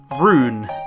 Rune